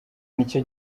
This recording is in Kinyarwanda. nicyo